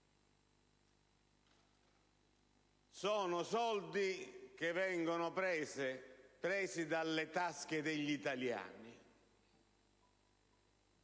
Sono soldi che vengono presi dalle tasche degli italiani.